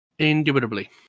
Indubitably